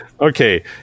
Okay